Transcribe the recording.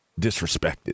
disrespected